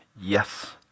Yes